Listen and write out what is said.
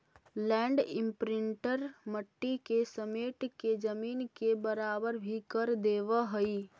land imprinter मट्टी के समेट के जमीन के बराबर भी कर देवऽ हई